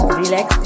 relax